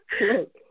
look